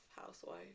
housewife